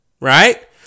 Right